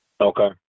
Okay